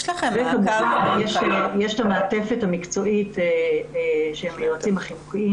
יש את המעטפת המקצועית של היועצים החינוכיים